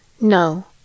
No